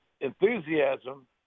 enthusiasm